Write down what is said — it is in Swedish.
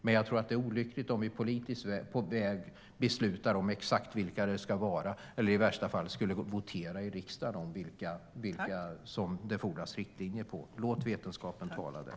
Jag tror dock att det är olyckligt om vi på politisk väg beslutar exakt vilka de ska vara eller om vi, i värsta fall, skulle votera i riksdagen om vilka sjukdomar det fordras riktlinjer om. Låt vetenskapen tala där.